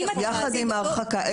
יחד עם ההרחקה,